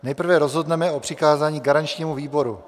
Nejprve rozhodneme o přikázání garančnímu výboru.